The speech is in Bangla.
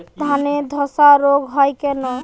ধানে ধসা রোগ কেন হয়?